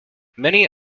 many